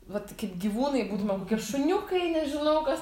vat kaip gyvūnai būtumėm kaip šuniukai nežinau kas